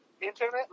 internet